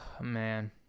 man